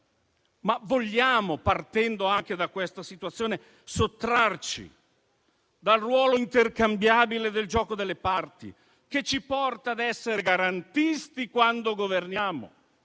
Partendo anche da questa situazione, vogliamo sottrarci al ruolo intercambiabile del gioco delle parti, che ci porta ad essere garantisti quando governiamo